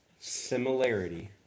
Similarity